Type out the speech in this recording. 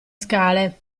scale